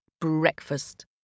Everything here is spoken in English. breakfast